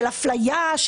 של אפליה,